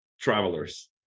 travelers